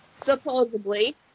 supposedly